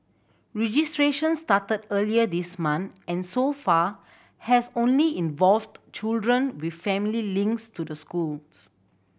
registration started earlier this month and so far has only involved children with family links to the schools